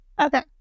Okay